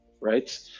right